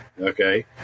okay